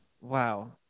Wow